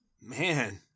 Man